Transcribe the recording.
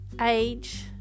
age